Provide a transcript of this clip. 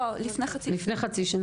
לא, כבר לפני חצי שנה.